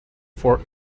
for